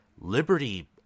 Liberty